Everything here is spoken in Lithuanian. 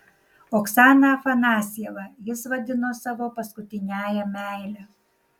oksaną afanasjevą jis vadino savo paskutiniąja meile